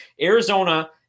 Arizona